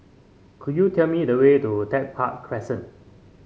could you tell me the way to Tech Park Crescent